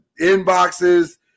inboxes